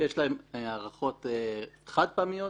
יש להם הערכות חד-פעמיות